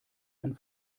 ein